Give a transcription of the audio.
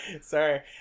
sorry